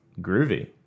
groovy